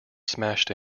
smashed